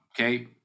Okay